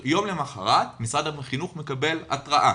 יום למחרת משרד החינוך מקבל התרעה